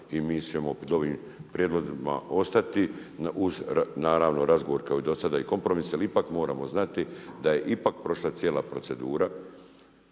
i mi ćemo pred ovim prijedlozima ostati uz naravno razgovor kao i do sada i kompromis jel ipak moramo znati da je ipak prošla cijela procedura,